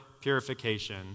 purification